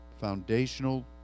foundational